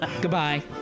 Goodbye